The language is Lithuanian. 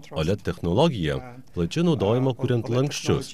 oled technologija plačiai naudojama kuriant lanksčius